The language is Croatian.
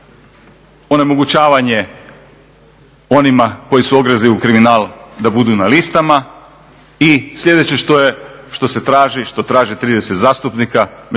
onemogućavanje onima koji su ogrezli u kriminal da budu na listama i sljedeće što se traži, što traži 30 zastupnika